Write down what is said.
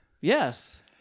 Yes